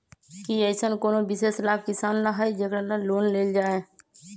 कि अईसन कोनो विशेष लाभ किसान ला हई जेकरा ला लोन लेल जाए?